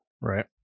Right